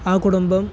ആ കുടുംബം